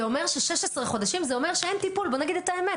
16 חודשים זה אומר שאין טיפול בואו נגיד את האמת.